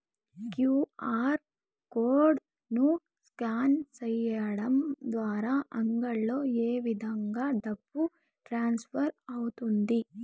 QR code ను scan సేయడం ద్వారా అంగడ్లలో ఏ విధంగా డబ్బు ట్రాన్స్ఫర్ అవుతుంది